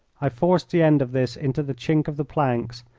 i forced the end of this into the chink of the planks,